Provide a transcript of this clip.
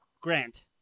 Grant